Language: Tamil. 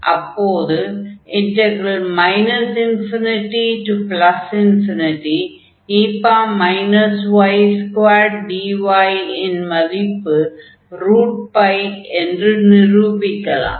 அப்போது ∞e y2dy இன் மதிப்பு என்று நிரூபிக்கலாம்